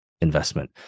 investment